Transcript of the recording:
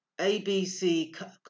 ABC